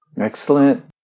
Excellent